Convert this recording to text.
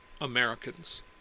Americans